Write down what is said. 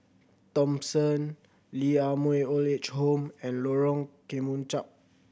Thomson Lee Ah Mooi Old Age Home and Lorong Kemunchup